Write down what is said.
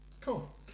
Cool